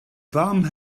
fam